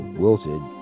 wilted